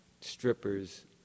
strippers